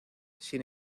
sin